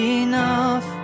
enough